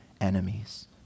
enemies